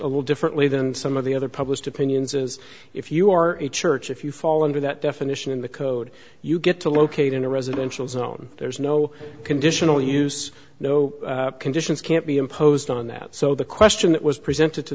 a little differently than some of the other published opinions is if you are a church if you fall under that definition in the code you get to locate in a residential zone there's no conditional use no conditions can't be imposed on that so the question that was presented to